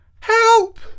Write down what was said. Help